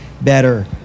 better